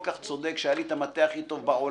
כך צודק שהיה לי את המטע הכי טוב בעולם,